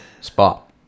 spot